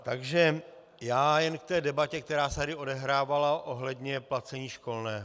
Takže já jen k té debatě, která se tady odehrávala ohledně placení školného.